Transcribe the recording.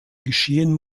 geschehen